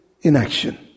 inaction